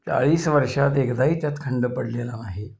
चाळीस वर्षात एखदाही त्यात खंड पडलेला नाही